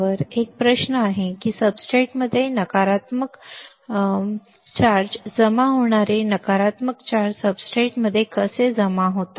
आता एक प्रश्न आहे सब्सट्रेटमध्ये नकारात्मक शुल्क जमा होणारे नकारात्मक शुल्क सबस्ट्रेटमध्ये कसे जमा होते